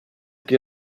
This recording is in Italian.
più